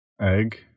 Egg